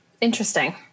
Interesting